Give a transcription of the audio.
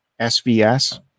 SVS